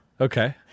Okay